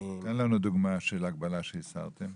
תן לנו דוגמא של הגבלה שהסרתם.